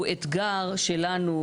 הוא אתגר שלנו,